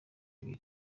ibiri